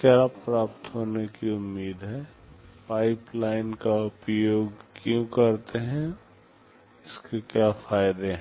क्या प्राप्त होने की उम्मीद है पाइपलाइन का उपयोग क्यों करते हैं इसके क्या फायदे हैं